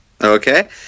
Okay